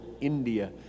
India